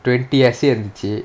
twenty essay இருந்துச்சி:irunthuchi